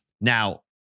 Now